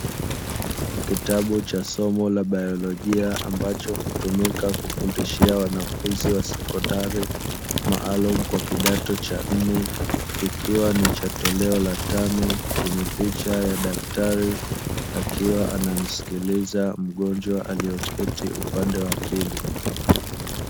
Kitabu cha somo la baiolojia ambacho hutumika kufundishia wanafunzi wa sekondari maalumu kwa kidato cha nne, kikiwa ni cha toleo la tano chenye picha ya daktari akiwa anamsikiliza mgonjwa aliyeketi upande wa pili.